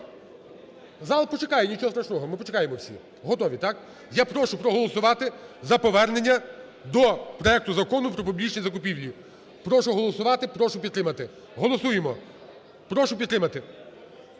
Зал почекає, нічого страшного, ми почекаємо всі. Готові, так? Я прошу проголосувати за повернення до проекту Закону "Про публічні закупівлі". Прошу голосувати. Прошу підтримати. Голосуємо, прошу підтримати.